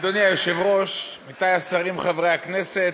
אדוני היושב-ראש, עמיתי השרים, חברי הכנסת.